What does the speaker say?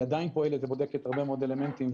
היא עדיין פועלת ובודקת הרבה מאוד אלמנטים,